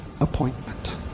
appointment